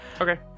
Okay